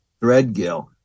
Threadgill